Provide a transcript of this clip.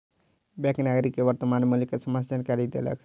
bank नागरिक के वर्त्तमान मूल्य के समस्त जानकारी देलक